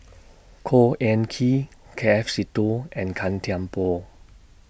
Khor Ean Ghee K F Seetoh and Gan Thiam Poh